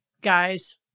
guys